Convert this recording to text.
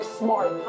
smart